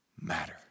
matter